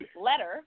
letter